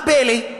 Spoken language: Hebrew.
מה הפלא,